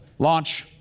launch.